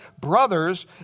brothers